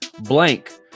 blank